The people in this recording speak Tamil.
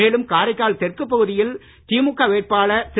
மேலும் காரைக்கால் தெற்கு தொகுதியில் திமுக வேட்பாளர் திரு